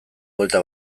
buelta